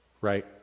right